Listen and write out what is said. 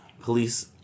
police